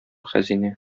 хәзинә